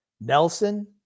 Nelson